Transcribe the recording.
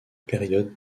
période